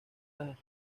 las